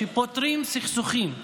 שפותרים סכסוכים,